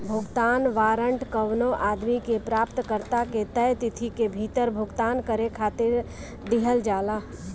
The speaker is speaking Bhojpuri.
भुगतान वारंट कवनो आदमी के प्राप्तकर्ता के तय तिथि के भीतर भुगतान करे खातिर दिहल जाला